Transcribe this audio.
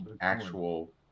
actual